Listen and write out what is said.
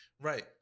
Right